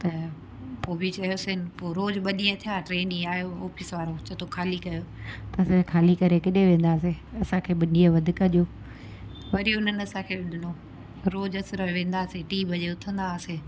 त पोइ बि चयोसीं पोइ रोज़ ॿ ॾींहं थिया टे ॾींहं आहियो ऑफिस वारो चए थो ख़ाली कयो त असां चयो ख़ाली करे केॾे वेंदासीं असांखे ॿ ॾींहं वधीक ॾियो वरी उन्हनि असांखे ॾिनो रोज असुर जो वेंदा हुआसीं टी बजे उथंदा हुआसीं